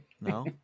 No